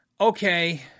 okay